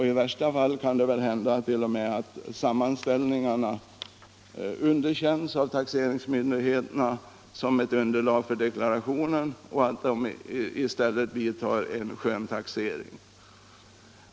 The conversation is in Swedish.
I värsta fall kan det t.o.m. hända att sammanställningarna underkänns av taxeringsmyndigheterna som underlag för deklarationen och att i stället skönstaxering sker.